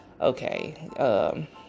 okay